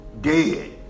dead